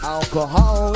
Alcohol